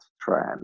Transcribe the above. trend